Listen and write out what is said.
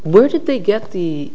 where did they get the